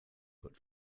but